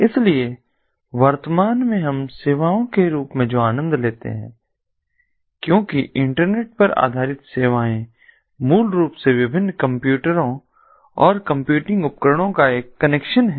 इसलिए वर्तमान में हम सेवाओं के रूप में जो आनंद लेते हैं क्योंकि इंटरनेट आधारित सेवाएं मूल रूप से विभिन्न कंप्यूटरों और कंप्यूटिंग उपकरणों का एक कनेक्शन है